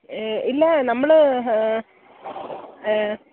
ഇല്ല നമ്മൾ